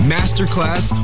Masterclass